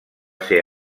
ser